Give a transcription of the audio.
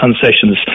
concessions